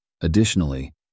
Additionally